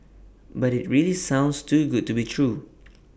but IT really sounds too good to be true